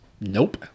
Nope